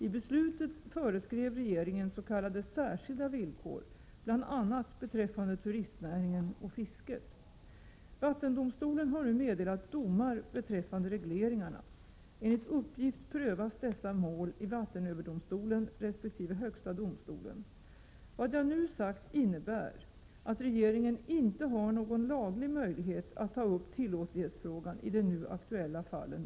I beslutet föreskrev regeringen s.k. särskilda villkor, bl.a. beträffande turistnäringen och fisket. Vattendomstolen har nu meddelat domar beträffande regleringarna. Enligt uppgift prövas dessa mål i vattenöverdomstolen resp. högsta domstolen. Vad jag nu sagt innebär att regeringen inte har någon laglig möjlighet att Prot. 1987/88:129 på nytt ta upp tillåtlighetsfrågan i de nu aktuella fallen.